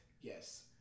yes